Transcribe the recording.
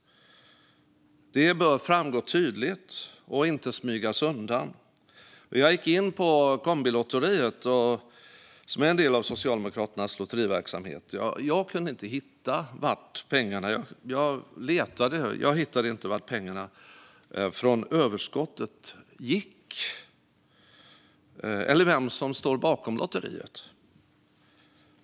Detta bör framgå tydligt och inte smygas undan. Jag gick in på webbplatsen för Kombilotteriet, som är en del av Socialdemokraternas lotteriverksamhet, och jag kunde inte hitta vart överskottet går eller vem som står bakom lotteriet.